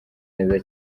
neza